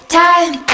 time